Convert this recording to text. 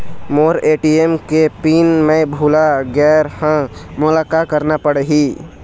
मोर ATM के pin मैं भुला गैर ह, मोला का करना पढ़ही?